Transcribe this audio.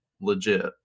legit